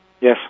Yes